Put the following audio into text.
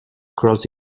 cross